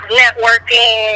networking